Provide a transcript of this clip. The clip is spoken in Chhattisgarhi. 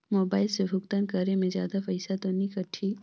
मोबाइल से भुगतान करे मे जादा पईसा तो नि कटही?